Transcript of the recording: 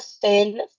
thin